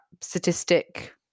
statistic